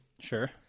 Sure